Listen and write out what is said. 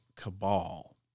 cabal